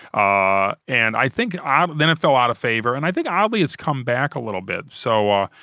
ah and i think um then it fell out of favor and i think oddly it's come back a little bit so, um